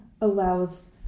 allows